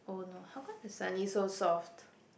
oh no how come it's suddenly so soft